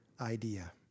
idea